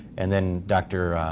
and then dr.